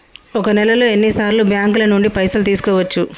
ఒక నెలలో ఎన్ని సార్లు బ్యాంకుల నుండి పైసలు తీసుకోవచ్చు?